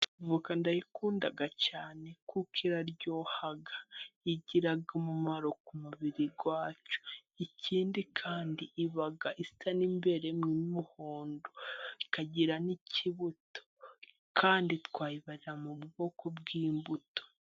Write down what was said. Voka ndayikunda cyane kuko iraryoha, igira umumaro ku mubiri wacu, ikindi kandi iba isa n'imbere n'umuhondo, ikagira n'ikibuto kandi twayibarira mu bwoko bw'imbuto.